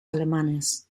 alemanes